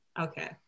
okay